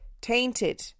tainted